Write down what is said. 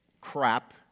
crap